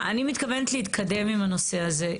נגה, אני מתכוונת להתקדם עם הנושא הזה.